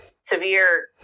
severe